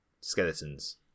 skeletons